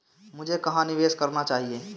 मुझे कहां निवेश करना चाहिए?